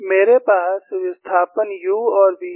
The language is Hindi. मेरे पास विस्थापन u और v है